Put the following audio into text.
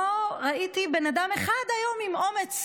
לא ראיתי בן אדם אחד היום עם אומץ,